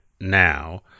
now